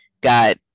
got